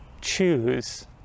choose